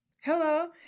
Hello